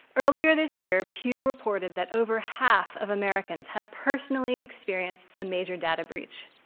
earlier this year, pew reported that over half of americans have personally experienced a major data breach.